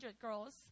girls